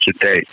today